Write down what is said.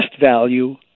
value